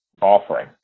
offering